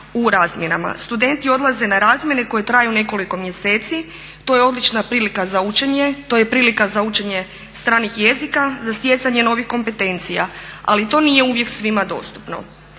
u razmjenama. Studenti odlaze na razmjene koje traju nekoliko mjeseci, to je odlična prilika za učenje, to je prilika za učenje stranih jezika, za stjecanje novih kompetencija. Ali to nije uvijek svima dostupno.